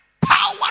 power